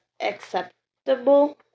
acceptable